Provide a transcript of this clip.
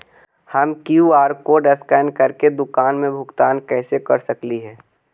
हम QR code scan करके दुकान में भुगतान कैसे कर सकली हे?